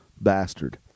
bastard